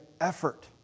effort